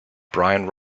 brian